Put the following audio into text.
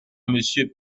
monsieur